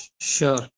sure